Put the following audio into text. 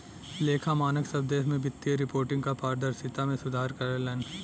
लेखा मानक सब देश में वित्तीय रिपोर्टिंग क पारदर्शिता में सुधार करलन